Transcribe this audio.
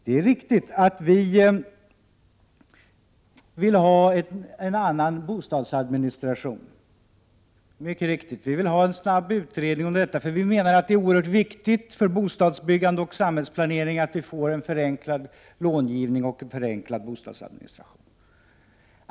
Det är mycket riktigt att vi vill ha en annan bostadsadministration. Vi vill ha en snabb utredning om detta. Vi menar nämligen att det är oerhört viktigt för bostadsbyggande och samhällsplanering att få en förenklad långivning och en förenklad bostadsadministration.